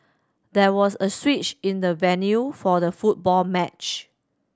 there was a switch in the venue for the football match